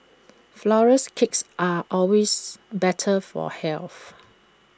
Flourless Cakes are always better for health